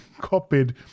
copied